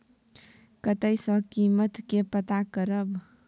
कतय सॅ कीमत के पता करब?